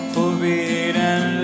Forbidden